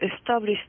establish